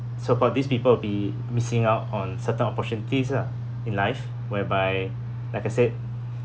so-called these people will be missing out on certain opportunities lah in life whereby like I said